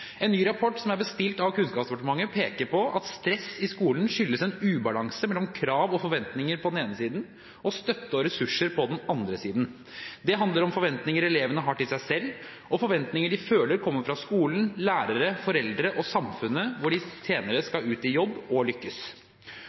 En ny rapport som er bestilt av Kunnskapsdepartementet, peker på at stress i skolen skyldes en ubalanse mellom krav og forventninger på den ene siden og støtte og ressurser på den andre siden. Det handler om forventninger elevene har til seg selv, og forventninger de føler kommer fra skolen, lærerne, foreldrene og samfunnet hvor de senere skal ut i jobb og lykkes.